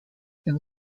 and